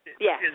Yes